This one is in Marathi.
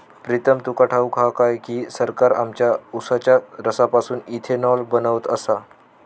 प्रीतम तुका ठाऊक हा काय की, सरकार आमच्या उसाच्या रसापासून इथेनॉल बनवत आसा